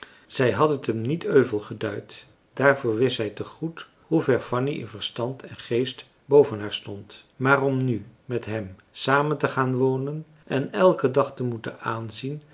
zij had het hem niet euvel geduid daarvoor wist zij te goed hoever fanny in verstand en geest boven haar stond maar om nu met hem samen te gaan wonen en elken dag te moeten aanzien